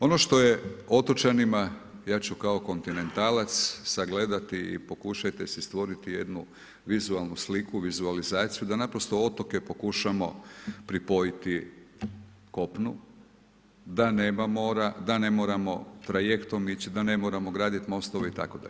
Ono što je otočanima, ja ću kao kontinentalac sagledati i pokušajte si stvoriti jednu vizualnu sliku, vizualizaciju da naprosto otoke pokušamo pripojiti kopnu, da nema mora, da ne moramo trajektom ići, da ne moramo graditi mostove itd.